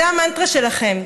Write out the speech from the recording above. זאת המנטרה שלכם.